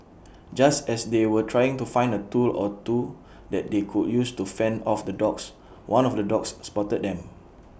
just as they were trying to find A tool or two that they could use to fend off the dogs one of the dogs spotted them